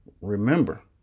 remember